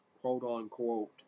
quote-unquote